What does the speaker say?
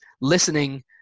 listening